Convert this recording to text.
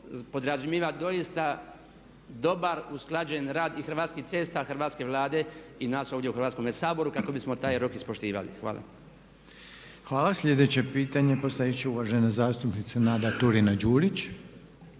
podrazumijeva doista dobar, usklađen rad i Hrvatskih cesta, Hrvatske Vlade i nas ovdje u Hrvatskom saboru kako bismo taj rok ispoštivali. Hvala. **Reiner, Željko (HDZ)** Hvala. Sljedeće pitanje postavit će uvažena zastupnica Nada Turina-Đurić.